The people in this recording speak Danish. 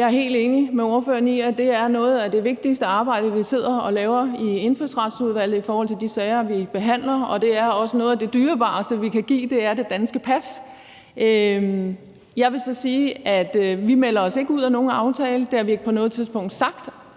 er helt enig med ordføreren i, at det er noget af det vigtigste arbejde, vi sidder og laver i Indfødsretsudvalget i forhold til de sager, vi behandler, og det danske pas er også noget af det dyrebareste, vi kan give. Jeg vil så sige, at vi ikke melder os ud af nogen aftale. Det har vi ikke på noget tidspunkt sagt.